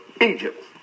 Egypt